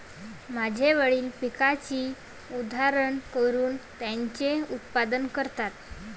माझे वडील पिकाची उधळण करून त्याचे उत्पादन करतात